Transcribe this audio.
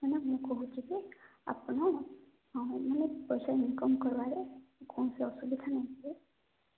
ମାନେ ମୁଁ କହୁଛି କି ଆପଣ ମାନେ ପଇସା ଇନକମ୍ କରବାରେ କୌଣସି ଅସୁବିଧା ନାହିଁ କି